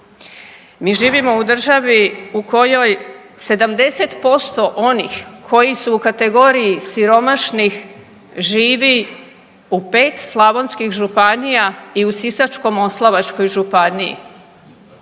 Mi živimo u državi u kojoj 70% onih koji su u kategoriji siromašnih živi u 5 slavonskih županija i u Sisačko-moslavačkoj županiji.